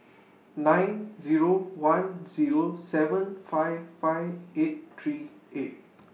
nine Zero one Zero seven five five eight three eight